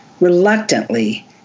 Reluctantly